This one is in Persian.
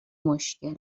مشکل